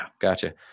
Gotcha